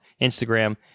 Instagram